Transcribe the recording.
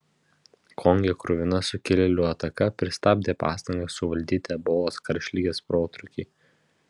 konge kruvina sukilėlių ataka pristabdė pastangas suvaldyti ebolos karštligės protrūkį